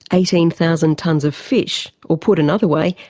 eighteen thousand tonnes of fish, or put another way,